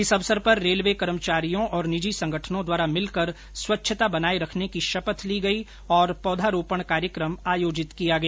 इस अवसर पर रेलवे कर्मचारियों और निजी संगठनों द्वारा मिलकर स्वच्छता बनाए रखने की शपथ ली गई और पौधारोपण कार्यक्रम आयोजित किया गया